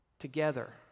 together